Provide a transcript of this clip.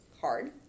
hard